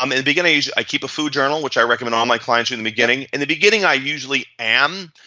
um in the beginning i keep a food journal which i recommend all my clients in the beginning. in the beginning i usually am,